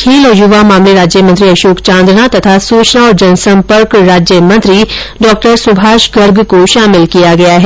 खेल और यूवा मामले राज्यमंत्री अशोक चांदना तथा सूचना और जनसम्पर्क राज्यमंत्री डॉ सुभाष गर्ग को शामिल किया गया है